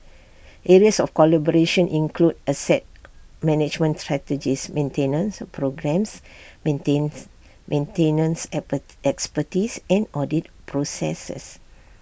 areas of collaboration include asset management strategies maintenance programmes maintenance expertise and audit processes